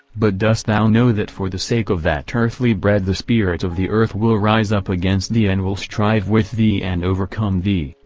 but dost thou know that for the sake of that earthly bread the spirit of the earth will rise up against thee and will strive with thee and overcome thee,